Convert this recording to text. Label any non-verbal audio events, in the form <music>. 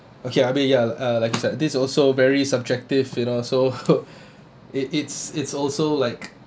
okay I mean ya uh like you said this also very subjective you know so <laughs> it it's it's also like